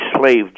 slave